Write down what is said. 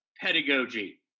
pedagogy